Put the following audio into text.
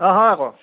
অঁ হয় আকৌ